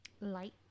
Light